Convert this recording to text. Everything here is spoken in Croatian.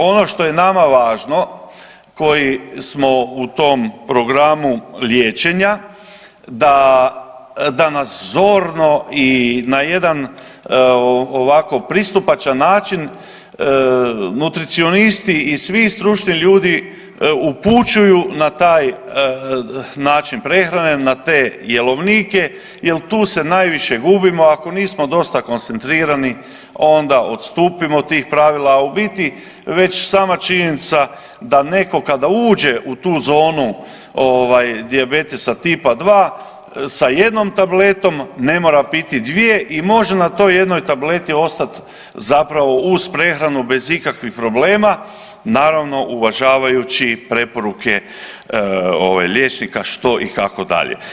Ono što je nama važno koji smo u tom programu liječenja, da, da nas zorno i na jedan ovako pristupačan način nutricionisti i svi stručni ljudi upućuju na taj način prehrane, na te jelovnike jel tu se najviše gubimo ako nismo dosta koncentrirani onda odstupio od tih pravila, a u biti već sama činjenica da netko kada uđe u tu zonu dijabetesa Tipa 2 sa jednom tabletom ne mora piti dvije i može na toj jednoj tableti ostati zapravo uz prehranu bez ikakvih problema, naravno uvažavajući preporuke ovaj liječnika što i kako dalje.